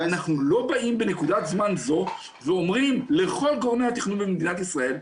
אנחנו לא באים בנקודת זמן זו ואומרים לכל גורמי התכנון במדינת ישראל,